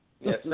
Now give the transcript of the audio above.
Yes